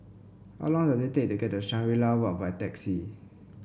how long does it take to get to Shangri La Walk by taxi